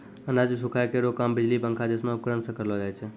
अनाज सुखाय केरो काम बिजली पंखा जैसनो उपकरण सें करलो जाय छै?